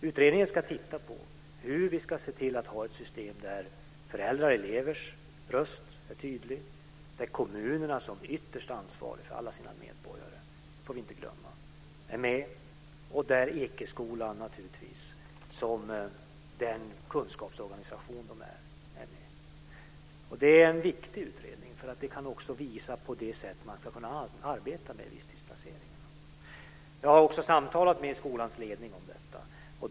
Utredningen ska titta på hur vi ska se till att ha ett system där föräldrars och elevers röst är tydlig, där kommunerna som ytterst ansvariga för alla sina medborgare - det får vi inte glömma - är med och där naturligtvis Ekeskolan som den kunskapsorganisation den utgör är med. Det är en viktig utredning, för den kan också visa på det sätt man ska kunna arbeta på med visstidsplaceringarna. Jag har samtalat med skolans ledning om detta.